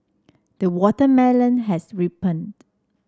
the watermelon has ripened